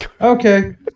Okay